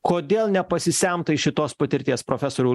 kodėl ne pasisemta iš šitos patirties profesoriau